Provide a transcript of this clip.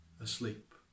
asleep